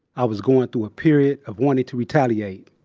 i was going through a period of wanting to retaliate.